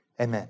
amen